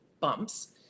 bumps